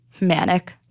Manic